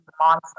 monster